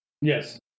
Yes